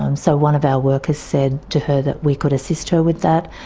um so one of our workers said to her that we could assist her with that,